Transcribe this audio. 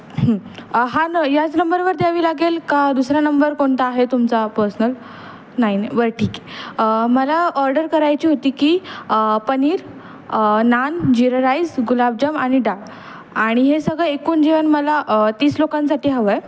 हा न याच नंबरवर द्यावी लागेल का दुसरा नंबर कोणता आहे तुमचा पर्सनल नाही नाही बरं ठीक आहे मला ऑर्डर करायची होती की पनीर नान जिरा राईस गुलाबजाम आणि डाळ आणि हे सगळं एकूण जेवण मला तीस लोकांसाठी हवं आहे